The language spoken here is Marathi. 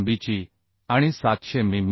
लांबीची आणि 700 मि